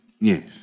Yes